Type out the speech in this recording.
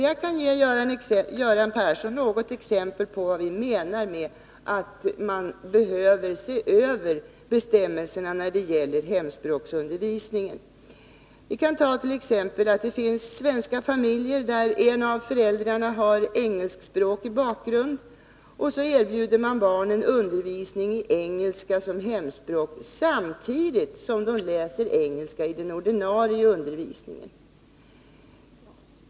Jag kan ge Göran Persson exempel på vad vi menar med att man behöver se över bestämmelserna när det gäller hemspråksundervisningen. Det finns t.ex. svenska familjer där en av föräldrarna har engelskspråkig bakgrund. Då erbjuds barnen undervisning i engelska som hemspråk, samtidigt som de läser engelska i den ordinarie undervisningen.